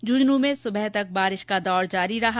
झुंझुनू में सुबह तक बारिश का दौर जारी रहा